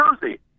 Jersey